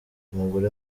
umugore